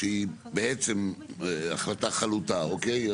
שהיא בעצם החלטה חלוטה, אוקיי?